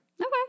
Okay